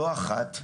לא אחת,